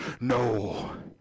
no